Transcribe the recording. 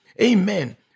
Amen